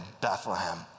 bethlehem